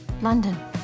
London